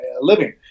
living